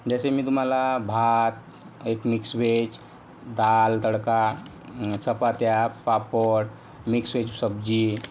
जसे मी तुम्हाला भात एक मिक्स वेज दाल तडका चपात्या पापड मिक्स वेज सब्जी